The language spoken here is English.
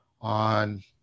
on